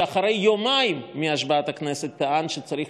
שאחרי יומיים מהשבעת הכנסת טען שצריך